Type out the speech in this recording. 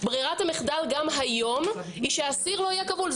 ברירת המחדל גם היום היא שאסיר לא יהיה כבול.